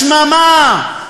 שממה.